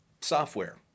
software